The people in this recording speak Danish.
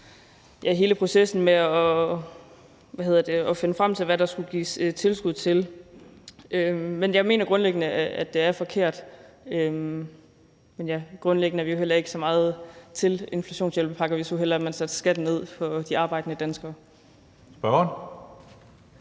hele processen med at finde frem til, hvad der skulle gives tilskud til. Jeg mener grundlæggende, at det er forkert. Men grundlæggende er vi jo heller ikke så meget til inflationshjælpepakker. Vi så hellere, at man satte skatten ned for de arbejdende danskere. Kl.